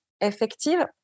effective